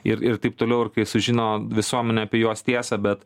ir ir taip toliau ir kai sužino visuomenė apie juos tiesą bet